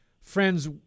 Friends